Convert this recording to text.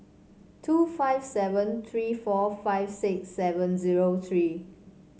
two five seven tree four five six seven zero tree